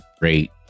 great